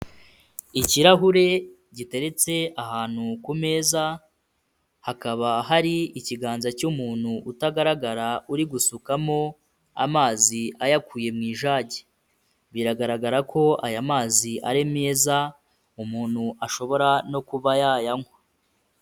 Ikirahure giteretse ahantu ku meza, hakaba hari ikiganza cy'umuntu utagaragara uri gusukamo amazi ayakuye mu ijage. Biragaragara ko aya mazi ari meza, umuntu ashobora no kuba yayanywa.